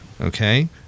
Okay